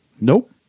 Nope